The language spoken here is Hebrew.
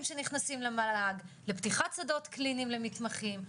שנכנסים למל"ג לפתיחת שדות קליניים למתמחים,